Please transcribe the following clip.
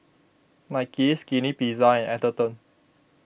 Nike Skinny Pizza and Atherton